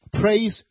praise